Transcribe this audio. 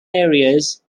areas